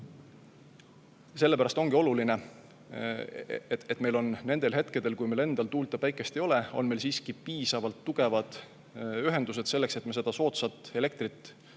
Sellepärast ongi oluline, et meil oleks nendel hetkedel, kui meil endal tuult ja päikest ei ole, siiski piisavalt tugevad ühendused selleks, et me saaks seda soodsat elektrit